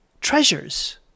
treasures